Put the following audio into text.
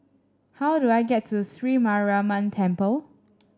how do I get to Sri Mariamman Temple